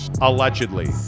allegedly